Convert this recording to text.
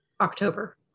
October